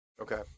Okay